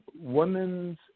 Women's